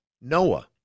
Noah